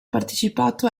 partecipato